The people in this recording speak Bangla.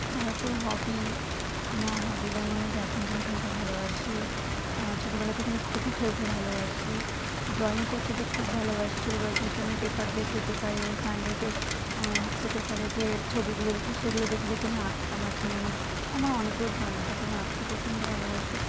তারপর হবি আমার হবি যেমন আমি ব্যাডমিন্টন খেলতে ভালোবাসি ছোটবেলা থেকে আমি খোখো খেলতে ভালোবাসি ড্রয়িং করতে তো খুব ভালোবাসি ছোটবেলা থেকে আমি পেপার দেখে পেপারে সানডের হচ্ছে পেপারে যে ছবিগুলো দিত সেগুলো দেখে দেখে আমি আঁকতাম এখনও আমার আমার অনেকগুলো ড্রয়িং খাতা আমি আঁকতে প্রচণ্ড ভালোবাসি